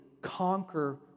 conquer